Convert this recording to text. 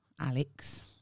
alex